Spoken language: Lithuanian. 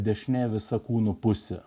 dešinė visa kūno pusė